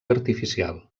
artificial